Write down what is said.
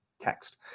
text